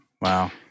Wow